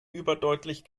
überdeutlich